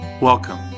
Welcome